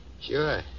Sure